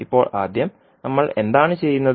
ഇപ്പോൾ ആദ്യം നമ്മൾ എന്താണ് ചെയ്യുന്നത്